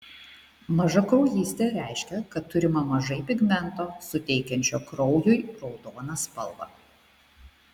mažakraujystė reiškia kad turima mažai pigmento suteikiančio kraujui raudoną spalvą